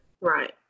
Right